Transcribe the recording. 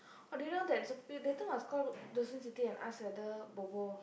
oh do you know that later must call Josephine சித்திsiththi and ask whether Bobo